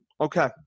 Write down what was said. Okay